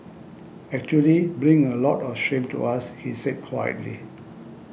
actually bring a lot of shame to us he said quietly